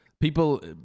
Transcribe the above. People